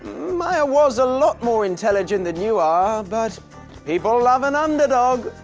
mya was a lot more intelligent than you are but people love an underdog!